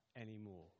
anymore